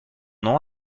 nom